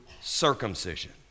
circumcision